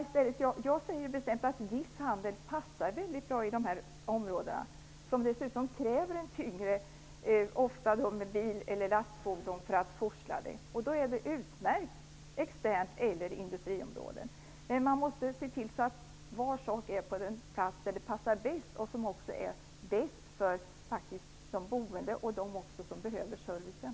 För viss handel som ofta kräver tyngre lastfordon för varutransporter är externeller industriområdena utmärkta. Men man måste se till att var sak finns på den plats som passar bäst och som också är bäst för de boende och dem som behöver servicen.